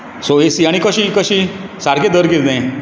so एसी आनी कशी कशी सारके दर कितें तें